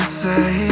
say